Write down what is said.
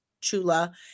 Chula